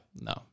No